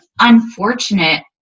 unfortunate